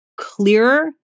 clearer